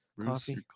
coffee